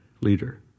leader